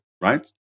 right